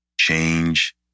Change